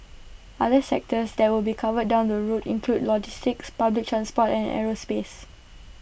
other sectors that will be covered down the road include logistics public transport and aerospace